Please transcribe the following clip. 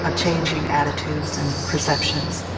a change in attitude and perceptions.